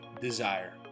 desire